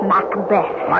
Macbeth